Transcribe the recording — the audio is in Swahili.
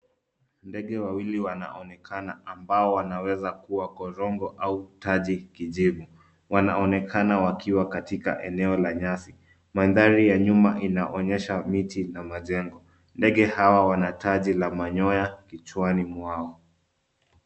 Ndege wawili wanaonekana ambao wanaweza kuwa korongo au taji kijivu. Wanaonekana wakiwa katika eneo la nyasi. Mandhari ya nyuma inaonyesha miti na majengo. Ndege hawa wana taji la manyoya kichwani mwao.